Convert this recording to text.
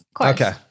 Okay